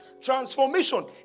Transformation